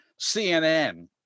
CNN